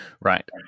Right